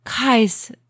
Guys